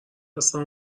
هستم